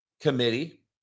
committee